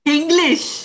English